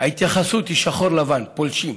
ההתייחסות היא שחור לבן, פולשים?